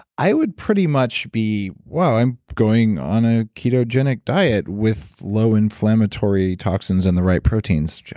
i would pretty much be whoa, i'm going on a ketogenic diet with low inflammatory toxins and the right proteins.